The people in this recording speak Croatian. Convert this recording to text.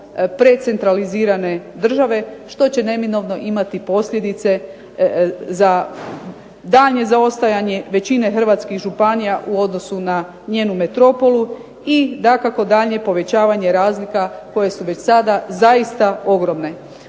precentralizirane države, što će neminovno imati posljedice za daljnje zaostajanje većine Hrvatskih županija u odnosu na njenu metropolu i dakako daljnje povećavanje razlika koje su već sada zaista ogromne.